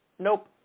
Nope